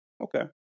Okay